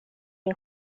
din